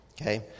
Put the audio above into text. okay